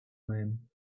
men